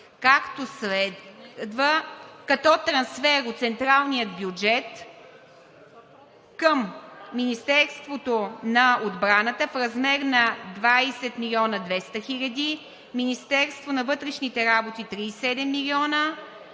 както следва: като трансфер от централния бюджет към Министерството на отбраната в размер на 20 млн. 200 хил. лв.; Министерството на вътрешните работи 37 млн.